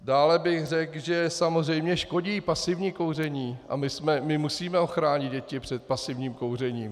Dále bych řekl, že samozřejmě škodí pasivní kouření a my musíme ochránit děti před pasivním kouřením.